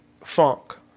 funk